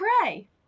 pray